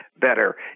better